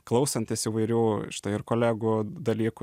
klausantis įvairių štai ir kolegų dalykų